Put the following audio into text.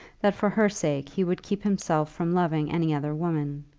that for her sake he would keep himself from loving any other woman.